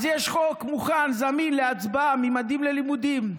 אז יש חוק מוכן, זמין להצבעה, ממדים ללימודים.